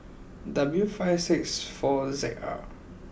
W five six four Z R